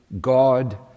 God